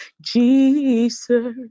Jesus